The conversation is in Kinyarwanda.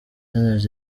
sunrise